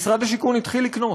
משרד השיכון התחיל לקנות.